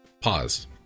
Pause